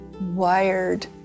wired